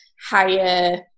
higher